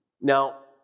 Now